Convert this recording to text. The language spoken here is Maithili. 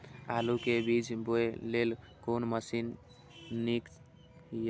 आलु के बीज बोय लेल कोन मशीन नीक ईय?